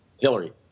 Hillary